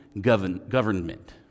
government